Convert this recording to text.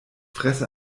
fresse